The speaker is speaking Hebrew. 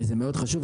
וזה מאוד חשוב,